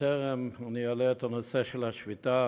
בטרם אני אעלה את הנושא של השביתה,